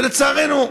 לצערנו,